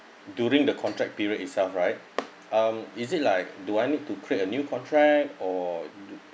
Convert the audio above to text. during the contract period itself right um is it like do I need to create a new contract or